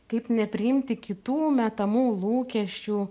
kaip nepriimti kitų metamų lūkesčių